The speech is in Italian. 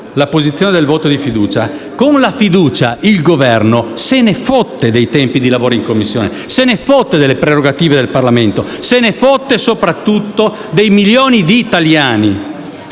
l'apposizione del voto fiducia; con la fiducia il Governo se ne fotte dei tempi di lavoro in Commissione; se ne fotte delle prerogative del Parlamento e, soprattutto, dei milioni di italiani